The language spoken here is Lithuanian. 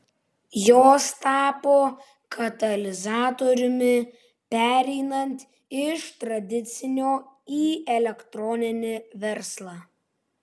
jos tapo katalizatoriumi pereinant iš tradicinio į elektroninį verslą